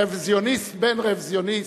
רוויזיוניסט בן רוויזיוניסט,